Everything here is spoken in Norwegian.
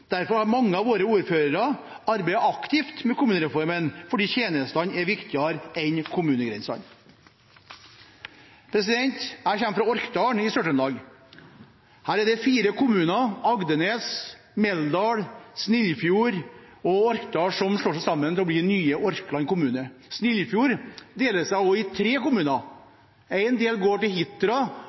Derfor har mange av våre ordførere arbeidet aktivt med kommunereformen, fordi tjenestene er viktigere enn kommunegrensene. Jeg kommer fra Orkdal i Sør-Trøndelag. Her er det fire kommuner, Agdenes, Meldal, Snillfjord og Orkdal, som slår seg sammen til å bli den nye Orkland kommune. Snillfjord deler seg også i tre kommuner. En del går til Hitra,